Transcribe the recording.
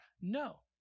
No